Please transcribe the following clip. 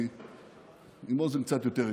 כי אני עם אוזן קצת יותר רגישה.